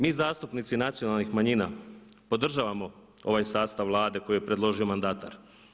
Mi zastupnici nacionalnih manjina podržavamo ovaj sastav Vlade koju je predložio mandatar.